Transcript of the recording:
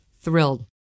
Thrilled